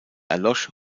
erlosch